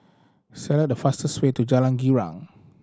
select the fastest way to Jalan Girang